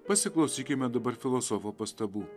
pasiklausykime dabar filosofo pastabų